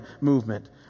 movement